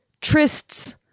trysts